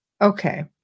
okay